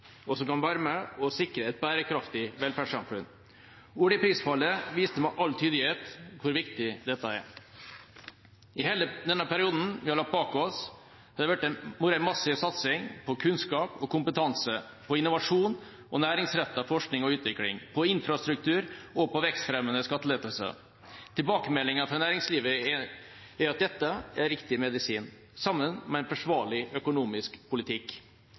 og som kan være med på å sikre et bærekraftig velferdssamfunn. Oljeprisfallet viste med all tydelighet hvor viktig dette er. I hele den perioden vi har lagt bak oss, har det vært en massiv satsing på kunnskap, på kompetanse, på innovasjon og næringsrettet forskning og utvikling, på infrastruktur og på vekstfremmende skattelettelser. Tilbakemeldingene fra næringslivet er at dette er riktig medisin, sammen med en forsvarlig økonomisk politikk.